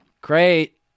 great